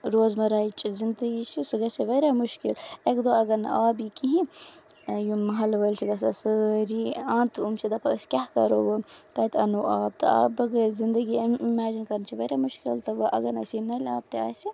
روز مَراہٕچ زندگی چھِ سۄ گژھِ ہا واریاہ مَشکِل اَکہِ دۄہ اَگر نہٕ آب ییہِ کِہینۍ یِم مہلہٕ وٲلۍ چھِ گژھان سٲری آنتہٕ یِم چھِ دَپان أسۍ کیاہ کَرو وۄنۍ کَتہِ اَنو آب تہٕ آب بغٲر چھِ زندگی اِمیجن کَرٕنۍ چھےٚ واریاہ مُشکِل تہٕ وۄنۍ اَگر نہٕ اَسہِ یہِ نلہِ آب تہِ آسہِ